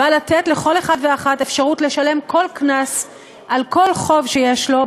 בא לתת לכל אחד ואחת אפשרות לשלם כל קנס על כל חוב שיש לו,